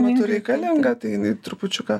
metu reikalinga tai jinai trupučiuką